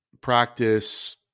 practice